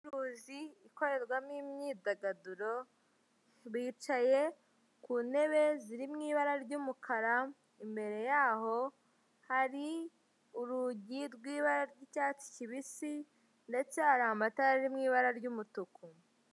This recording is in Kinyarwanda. mUuguzi n'umucuruzi bahurira bakaganira ku bijyanye n'ibicuruzwa bigiye bitandukanye, umuguzi akagabanyirixwa agera kuri mirongo itatu ku ijana, bakaba babimugezaho ku buntu ndetse bikaba byizewe.